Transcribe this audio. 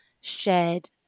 shared